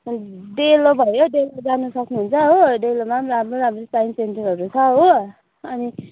डेलो भयो डेलो जानु सक्नुहुन्छ हो डेलोमा पनि राम्रो राम्रो साइन्स सेन्टरहरू छ हो अनि